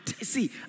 See